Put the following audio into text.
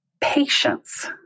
Patience